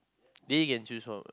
they can choose for us